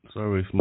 Sorry